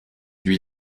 lui